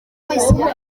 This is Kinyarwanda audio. twahisemo